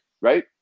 right